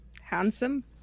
Handsome